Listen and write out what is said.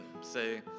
say